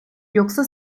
yoksa